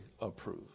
approve